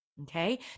Okay